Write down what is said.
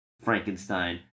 Frankenstein